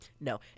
no